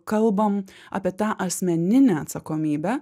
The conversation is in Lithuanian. kalbam apie tą asmeninę atsakomybę